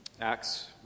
Acts